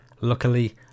Luckily